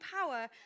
power